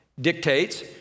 dictates